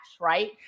Right